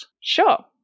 Sure